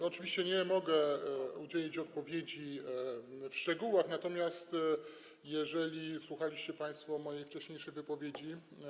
Oczywiście nie mogę udzielić odpowiedzi w szczegółach, natomiast jeżeli słuchaliście państwo mojej wcześniejszej wypowiedzi.